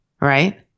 right